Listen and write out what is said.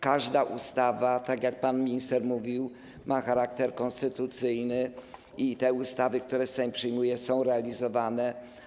Każda ustawa, tak jak pan minister powiedział, ma charakter konstytucyjny i ustawy, które Sejm przyjmuje, są realizowane.